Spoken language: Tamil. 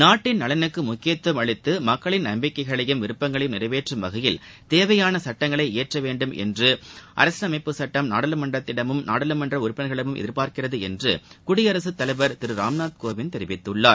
நாட்டு நலனுக்கு முக்கியத்துவம் அளித்து மக்களின் நம்பிக்கைகளையும் விருப்பங்களையும் நிறைவேற்றும் வகையில் தேவையான சுட்டங்களை இயற்ற வேண்டும் என்று அரசியலமைப்புச் சுட்டம் நாடாளுமன்றத்திடமும் நாடாளுமன்ற உறுப்பினர்களிடமும் எதிர்பார்க்கிறது என்று குடியரசுத் தலைவர் திரு ராம்நாத் கோவிந்த் தெரிவித்துள்ளார்